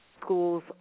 schools